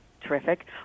terrific